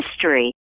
history